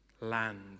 land